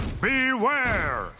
Beware